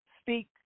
speak